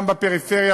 גם בפריפריה,